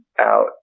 out